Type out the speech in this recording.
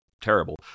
terrible